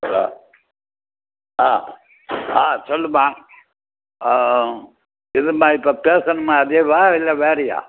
hello ஆ ஆ சொல்லும்மா இல்லைம்மா இப்போ பேசினமே அதேவா இல்லை வேறையா